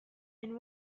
and